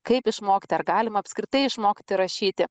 kaip išmokti ar galima apskritai išmokti rašyti